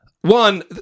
One